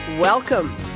welcome